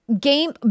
game